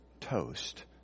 toast